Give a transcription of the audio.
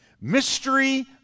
Mystery